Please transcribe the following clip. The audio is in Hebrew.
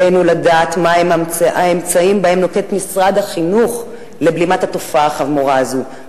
עלינו לדעת מה הם האמצעים שנוקט משרד החינוך לבלימת התופעה החמורה הזו,